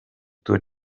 two